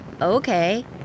okay